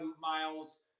miles